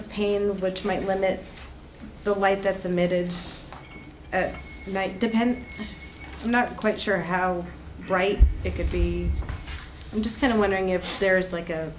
of pain which might limit the light that's emitted at night depend not quite sure how bright it could be i'm just kind of wondering if there's like a